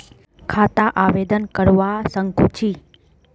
खाता आवेदन करवा संकोची?